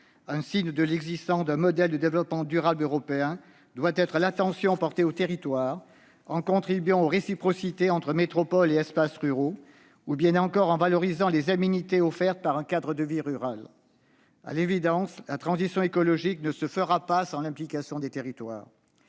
Un signe de l'existence d'un modèle de développement durable européen doit être l'attention portée aux territoires, en contribuant aux réciprocités entre métropoles et espaces ruraux, ou bien encore en valorisant les aménités offertes par un cadre de vie rural. À l'évidence, la transition écologique ne se fera pas sans l'implication des territoires.